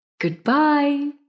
goodbye